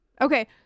Okay